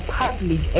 public